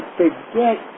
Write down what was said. forget